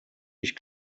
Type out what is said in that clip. ich